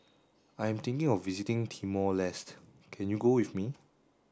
I am thinking of visiting Timor Leste can you go with me